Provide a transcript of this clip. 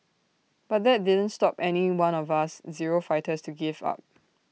but that didn't stop any one of us zero fighters to give up